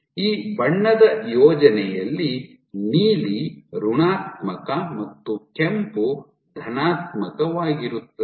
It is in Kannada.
ಈ ಬಣ್ಣದ ಯೋಜನೆಯಲ್ಲಿ ನೀಲಿ ಋಣಾತ್ಮಕ ಮತ್ತು ಕೆಂಪು ಧನಾತ್ಮಕವಾಗಿರುತ್ತದೆ